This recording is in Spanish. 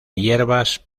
hierbas